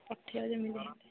ପଠାଇବ ଯେମିତି ହେଲେ